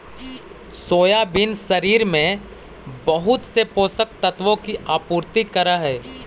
soybean शरीर में बहुत से पोषक तत्वों की आपूर्ति करअ हई